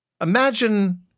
Imagine